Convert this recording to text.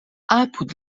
apud